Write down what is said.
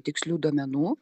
tikslių duomenų